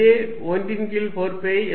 வெளியே 1 ன் கீழ் 4 பை எப்சிலன் 0 உள்ளது